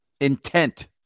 Intent